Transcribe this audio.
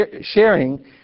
sharing